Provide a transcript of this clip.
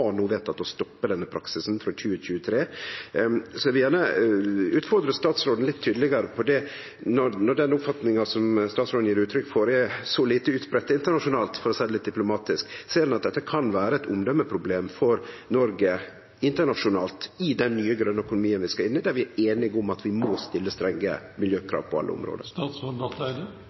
no vedteke å stoppe denne praksisen frå 2023. Eg vil gjerne utfordre statsråden litt tydelegare på dette, når den oppfatninga som statsråden gjev uttrykk for, er så lite utbreidd internasjonalt, for å seie det litt diplomatisk. Ser han at dette kan vere eit omdømeproblem for Noreg internasjonalt i den nye, grøne økonomien vi skal inn i, der vi er einige om at vi må stille strenge miljøkrav på alle område?